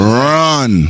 run